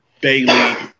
Bailey